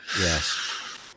Yes